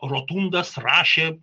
rotundas rašė